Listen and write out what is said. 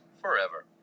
forever